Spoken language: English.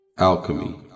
Alchemy